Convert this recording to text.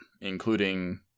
including